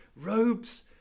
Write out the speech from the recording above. robes